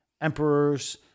emperors